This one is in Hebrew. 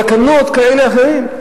אלא קנו עוד כאלה אחרים.